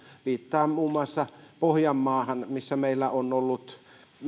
viittaan muun muassa pohjanmaahan missä meillä on ollut